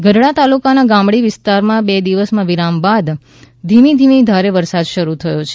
ગઢડા તાલુકાના ગ્રામીણ વિસ્તારાં બે દિવસના વિરામ બાદ ધીમી ધારે વરસાદ શરૂ થયો છે